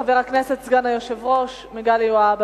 חבר הכנסת סגן היושב-ראש מגלי והבה,